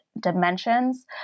dimensions